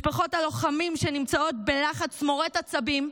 משפחות הלוחמים שנמצאות בלחץ מורט עצבים,